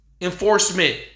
enforcement